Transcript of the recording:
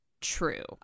true